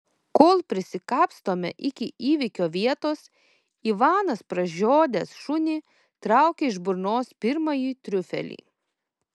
kol prisikapstome iki įvykio vietos ivanas pražiodęs šunį traukia iš burnos pirmąjį triufelį